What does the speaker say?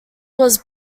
was